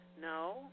No